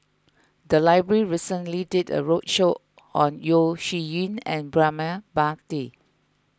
the library recently did a roadshow on Yeo Shih Yun and Braema Mathi